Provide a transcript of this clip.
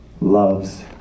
loves